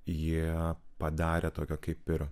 jie padarė tokią kaip ir